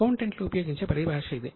అకౌంటెంట్లు ఉపయోగించే పరిభాష ఇది